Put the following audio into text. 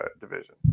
division